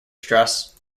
stress